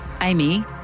Amy